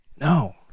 No